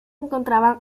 encontraban